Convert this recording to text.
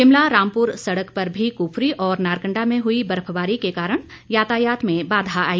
शिमला रामपुर सड़क पर भी कुफरी और नारकंडा में हुई बर्फबारी के कारण यातायात में बाधा आई